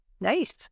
nice